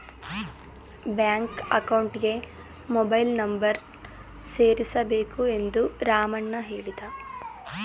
bank ಅಕೌಂಟ್ಗೆ mobile number ಸೇರಿಸಬೇಕು ಎಂದು ರಾಮಣ್ಣ ಹೇಳಿದ